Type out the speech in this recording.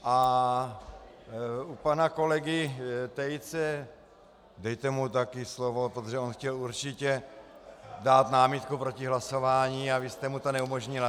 A u pana kolegy Tejce dejte mu taky slovo, protože on chtěl určitě dát námitku proti hlasování a vy jste mu to neumožnila.